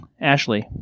Ashley